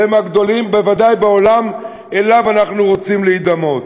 והם מהגדולים בוודאי בעולם שלו אנחנו רוצים להידמות.